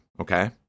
okay